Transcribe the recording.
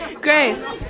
Grace